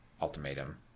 Ultimatum